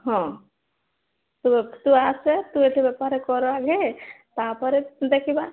ହଁ ତୁ ତୁ ଆସେ ତୁ ଏଠି ବେପାର କର ଆଗେ ତାପରେ ଦେଖିବା